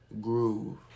groove